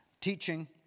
teaching